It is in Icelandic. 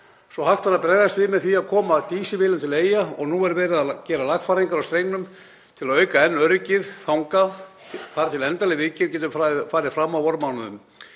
svo hægt var að bregðast við með því að koma dísilvélum til Eyja, og nú er verið að gera lagfæringar á strengnum til að auka enn öryggið þar til endanleg viðgerð getur farið fram á vormánuðum.